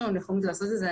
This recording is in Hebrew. יש לנו נכונות לעשות את זה.